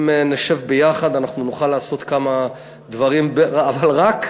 אם נשב ביחד אנחנו נוכל לעשות כמה דברים, אבל רק,